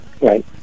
Right